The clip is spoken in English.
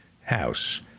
House